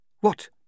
What